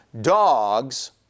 Dogs